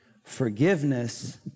Forgiveness